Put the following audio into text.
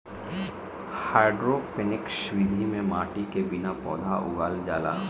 hydroponics विधि में माटी के बिना पौधा उगावल जाला